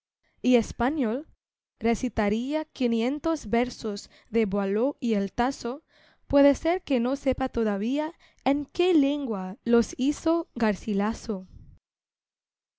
y español que tal vez recitaría quinientos versos de boileau y el taso puede ser que no sepa todavía en qué lengua los hizo garcilaso